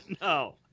no